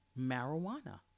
marijuana